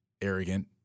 arrogant